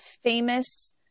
famous